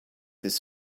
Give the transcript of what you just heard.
his